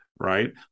right